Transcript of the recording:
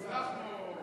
הצלחנו.